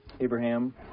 Abraham